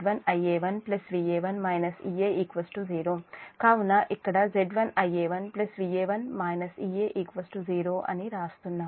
కాబట్టి ఇక్కడ Z1Ia1Va1- Ea 0 అని రాస్తున్నాను